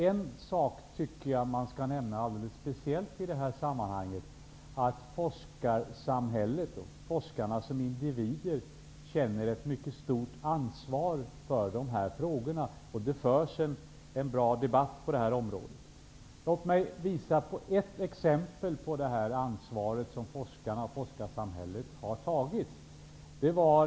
En sak tycker jag skall understrykas alldeles speciellt i det här sammanhanget, nämligen att forskarsamhället och forskarna som individer känner ett mycket stort ansvar för de här frågorna. Det förs en bra debatt på detta område. Låt mig visa på ett exempel på det ansvar som forskarna och forskarsamhället har tagit.